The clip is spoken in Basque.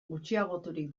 gutxiagoturik